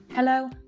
Hello